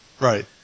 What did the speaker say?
Right